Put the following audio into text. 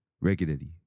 Regularly